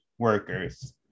Workers